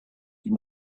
you